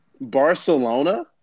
Barcelona